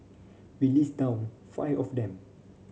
we list down five of them